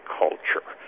culture